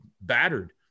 battered